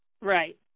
Right